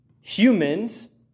humans